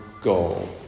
goal